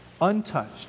untouched